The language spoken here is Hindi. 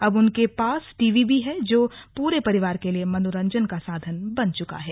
अब उनके पास टीवी भी है जो पूरे परिवार के लिए मनोरंजन का साधन बन चुका है